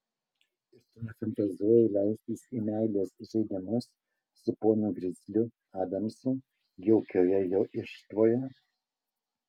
ir tu nefantazuoji leistis į meilės žaidimus su ponu grizliu adamsu jaukioje jo irštvoje